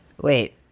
Wait